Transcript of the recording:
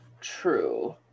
true